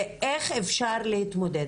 ואיך אפשר להתמודד?